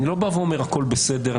אני לא בא ואומר הכול בסדר,